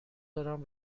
دارم